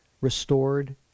restored